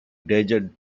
desert